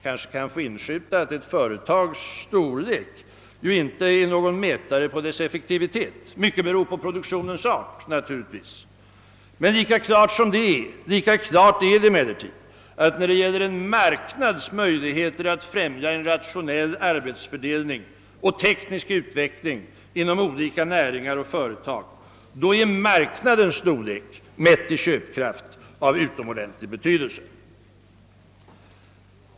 Kanske kan jag få inskjuta att ett företags storlek inte är någon mätare på dess effektivitet — mycket beror naturligtvis på produktionens art. Men lika klart är det att för en marknads möjligheter att främja en rationell arbetsfördelning och teknisk utveckling inom olika näringar och företag är marknadens storlek, mätt i köpkraft, av utomordentlig betydelse.